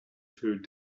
food